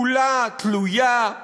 כולה תלויה,